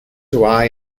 why